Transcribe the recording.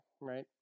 right